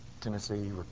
Tennessee